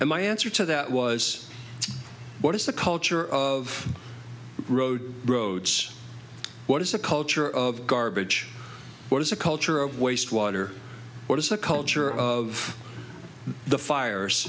and my answer to that was what is the culture of road roads what is the culture of garbage what is a culture of waste water what is the culture of the fires